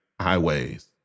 Highways